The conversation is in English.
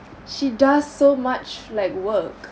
she does so much legwork